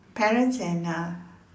parents and uh